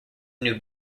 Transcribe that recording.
new